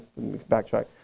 backtrack